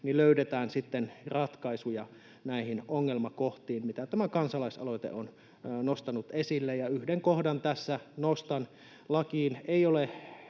sitten ratkaisuja näihin ongelmakohtiin, mitä tämä kansalaisaloite on nostanut esille. Yhden kohdan tässä nostan: lakiin